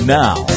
now